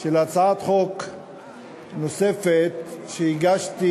של הצעת חוק נוספת שהגשתי.